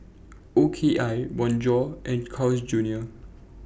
O K I Bonjour and Carl's Junior